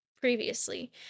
previously